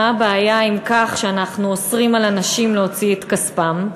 מה הבעיה עם כך שאנחנו אוסרים על אנשים להוציא את כספם,